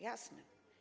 Jasne.